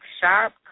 sharp